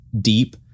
deep